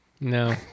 No